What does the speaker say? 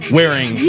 wearing